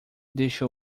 deixa